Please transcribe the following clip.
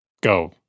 go